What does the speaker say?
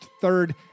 third